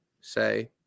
say